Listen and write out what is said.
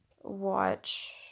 watch